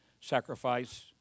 sacrifice